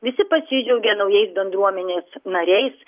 visi pasidžiaugė naujais bendruomenės nariais